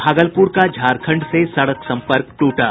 भागलपुर का झारखण्ड से सड़क संपर्क टूटा